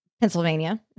Pennsylvania